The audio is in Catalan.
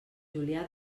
julià